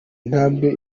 intambwe